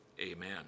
amen